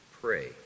pray